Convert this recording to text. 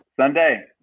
Sunday